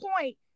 point